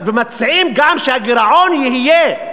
ומציעים גם שהגירעון יהיה,